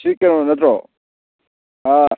ꯁꯤ ꯀꯩꯅꯣ ꯅꯠꯇ꯭ꯔꯣ ꯑꯥ